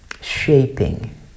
shaping